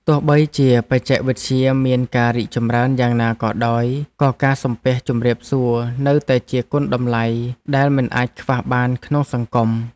ទោះបីជាបច្ចេកវិទ្យាមានការរីកចម្រើនយ៉ាងណាក៏ដោយក៏ការសំពះជម្រាបសួរនៅតែជាគុណតម្លៃដែលមិនអាចខ្វះបានក្នុងសង្គម។